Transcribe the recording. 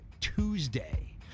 tuesday